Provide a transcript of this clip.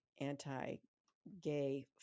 anti-gay